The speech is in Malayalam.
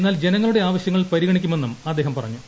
എന്നാൽ ജനങ്ങളുടെ ആവശ്യങ്ങൾ പരിഗണിക്കുമെന്നും അദ്ദേഹം പറഞ്ഞു